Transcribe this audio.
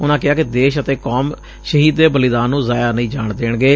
ਉਨੂਾ ਕਿਹਾ ਕਿ ਦੇਸ਼ ਅਤੇ ਕੱਮ ਸ਼ਹੀਦ ਦੇ ਬਲੀਦਾਨ ਨੂੰ ਜ਼ਾਇਆ ਨਹੀਾ ਜਾਣ ਦੇਣਗੇ